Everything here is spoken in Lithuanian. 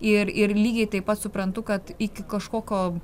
ir ir lygiai taip pat suprantu kad iki kažkokio